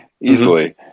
easily